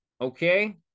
Okay